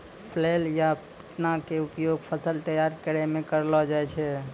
flail या पिटना के उपयोग फसल तैयार करै मॅ करलो जाय छै